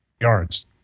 yards